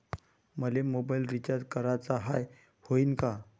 मले mobile recharge कराचा हाय, होईनं का?